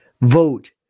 vote